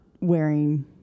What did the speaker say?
wearing